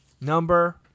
number